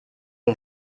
ont